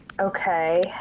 Okay